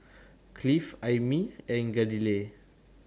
Cliff Aimee and Galilea